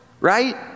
right